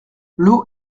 l’eau